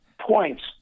points